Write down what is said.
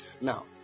Now